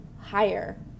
higher